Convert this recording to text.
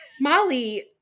Molly